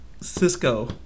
cisco